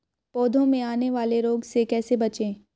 पौधों में आने वाले रोग से कैसे बचें?